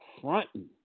fronting